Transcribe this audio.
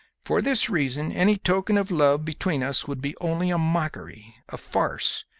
for this reason any token of love between us would be only a mockery, a farce,